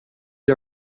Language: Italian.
gli